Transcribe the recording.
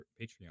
Patreon